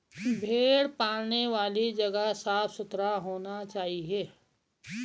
भेड़ पालने वाली जगह साफ सुथरा होना चाहिए